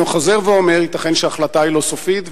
אני חוזר ואומר: ייתכן שההחלטה היא לא סופית,